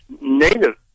Native